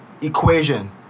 equation